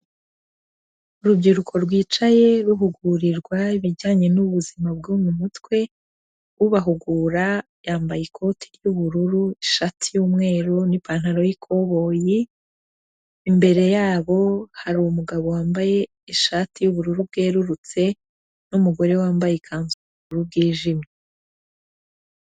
Urubyiruko rwicaye ruhugurirwa ibijyanye n'ubuzima bwo mu mutwe, ubahugura yambaye ikoti ry'ubururu, ishati y'umweru n'ipantaro y'ikoboyi, imbere yabo hari umugabo wambaye ishati y'ubururu bwerurutse, n'umugore wambaye ikanzu y'ubururu bwijimye.